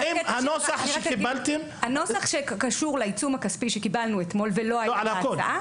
הנוסח שקשור לעיצום הכספי שקיבלנו אתמול ולא היה בהצעה,